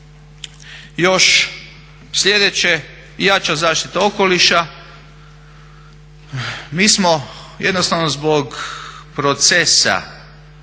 Još sljedeće, jača zaštita okoliša. Mi smo jednostavno zbog procesa,